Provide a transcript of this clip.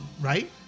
right